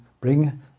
bring